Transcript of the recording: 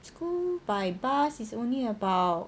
school by bus is only about